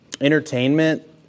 entertainment